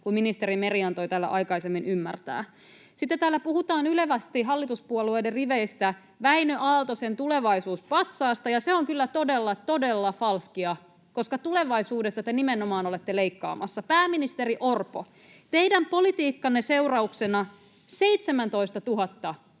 kuin ministeri Meri antoi täällä aikaisemmin ymmärtää. Sitten täällä puhutaan ylevästi hallituspuolueiden riveistä Wäinö Aaltosen Tulevaisuus-patsaasta, [Puhuja näyttää kädellään patsaita] ja se on kyllä todella, todella falskia, koska tulevaisuudesta te nimenomaan olette leikkaamassa. Pääministeri Orpo, teidän politiikkanne seurauksena 17 000